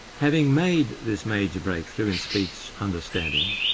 having made this major breakthrough in speech understanding,